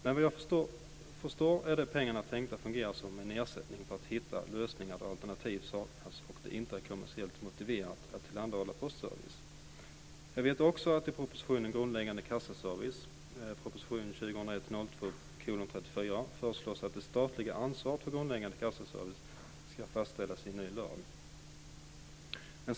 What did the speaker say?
Men vad jag förstår är de pengarna tänkta att fungera som en ersättning för att hitta lösningar där alternativ saknas och det inte är kommersiellt motiverat att tillhandahålla postservice. Jag vet också att det i propositionen Grundläggande kassaservice - 2001/02:34 - föreslås att det statliga ansvaret för grundläggande kassaservice ska fastställas i ny lag.